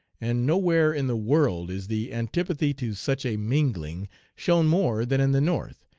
and nowhere in the world is the antipathy to such a mingling shown more than in the north,